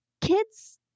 kids